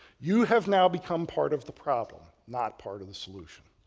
you have now become part of the problem not part of the solution,